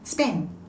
spend